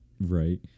Right